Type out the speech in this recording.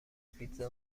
پیتزا